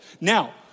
Now